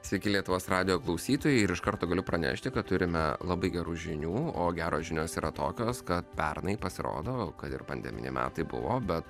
sveiki lietuvos radijo klausytojai ir iš karto galiu pranešti kad turime labai gerų žinių o geros žinios yra tokios kad pernai pasirodo kad ir pandeminiai metai buvo bet